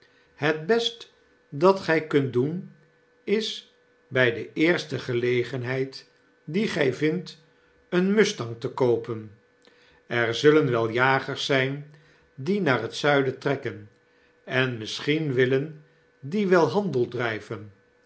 het best dat gy kunt doen is by de eerstegelegenheid die gy vindt een mustang te koopen er zullen wel jagers zp die naar het zuiden trekken en misschien willen die wel handel driven